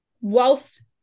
whilst